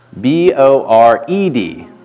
B-O-R-E-D